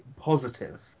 positive